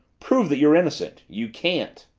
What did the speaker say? prove that you're innocent you can't!